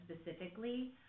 specifically